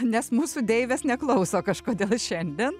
nes mūsų deivės neklauso kažkodėl šiandien